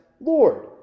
Lord